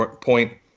point